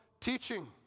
teaching